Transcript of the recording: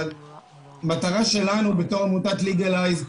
המטרה שלנו בתור עמותת ליגלייז,